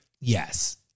Yes